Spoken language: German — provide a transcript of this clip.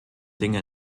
dinge